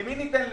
למי ניתן לחם?